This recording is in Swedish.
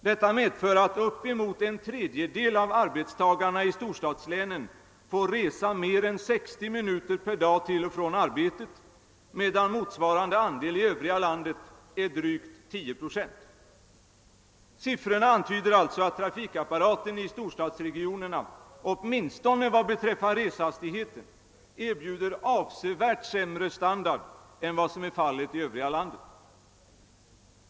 Detta medför att uppemot en tredjedel av arbetstagarna i storstadslänen får resa mer än 60 minuter per dag till och från arbetet medan motsvarande andel i övriga landet är drygt 10 procent. Siffrorna antyder alltså att trafikapparaten i storstadsregionerna vad beträffar reshastigheten erbjuder avsevärt sämre standard än vad som är fallet i det övriga landet.